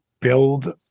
build